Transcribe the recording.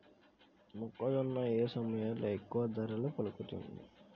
మొక్కజొన్న ఏ సమయంలో ఎక్కువ ధర పలుకుతుంది?